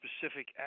specific